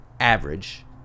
average